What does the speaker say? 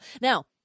Now